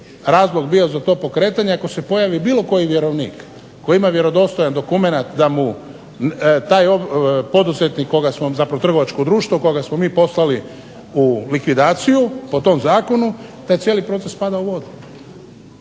razlog bio za to pokretanje ako se pojavi bilo koji vjerovnik koji ima vjerodostojan dokumenat da mu taj poduzetnik koga smo, zapravo trgovačko društvo koga smo mi poslali u likvidaciju po tom zakonu taj cijeli proces pada u vodu.